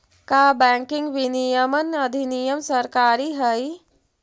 का बैंकिंग विनियमन अधिनियम सरकारी हई?